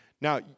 Now